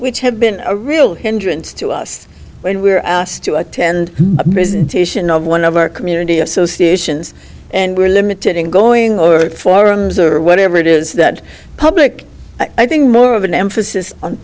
which had been a real hindrance to us when we were asked to attend a prison titian of one of our community associations and we're limited in going over forums or whatever it is that public i think more of an emphasis on